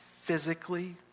physically